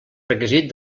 requisit